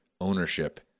ownership